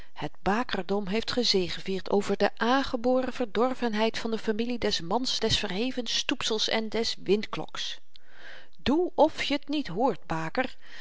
het bakerdom heeft gezegevierd over de aangeboren verdorvenheid van de familie des mans des verheven stoepsels en des windkloks doe net of je t niet hoort baker